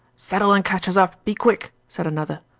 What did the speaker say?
saddle and catch us up, be quick said another.